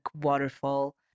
waterfall